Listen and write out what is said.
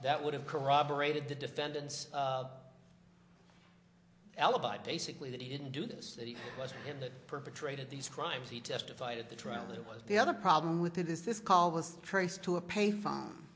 that would have corroborated the defendant's alibi basically that he didn't do this that he was in that perpetrated these crimes he testified at the trial that was the other problem with it is this call was traced to a payphone